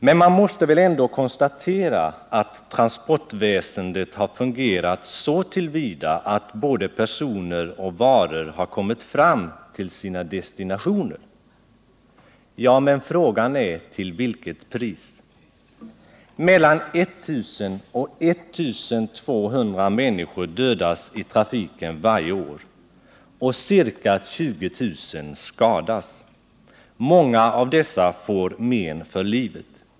Men man måste väl ändå konstatera att transportväsendet har fungerat så till vida att både personer och varor har kommit fram till sina destinationer? Ja, men frågan är till vilket pris. Mellan 1000 och 1 200 människor dödas i trafiken varje år och ca 20 000 skadas, och många av dem får men för livet.